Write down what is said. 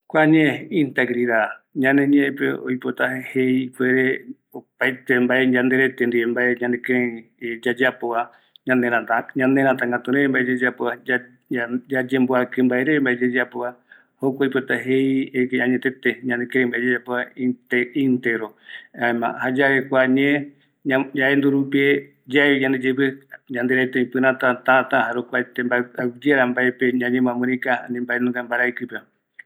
Kua ñee integridad, ñane ñeepe oipota jei, jae opaete mbae yanderete ndive yayapova, ñaneratä, ñanerätä gatu reve mbae yayapova, yayemboaki, yayemboaki mbae reve yayapo, jokua oipota jei, de que añetëtë mbae ñanekïrëï reve yayapova, oipota jei integro, jaema jayave kua ñee, yaendu rupie yaevi yande yeïpe yanderete ïpïrata tata jare opaete mbae aguiyeara mbaepe ñañe moamïrikä, ani mbaenunga mbaravikipe.